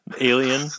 alien